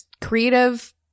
creative